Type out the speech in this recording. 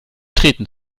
treten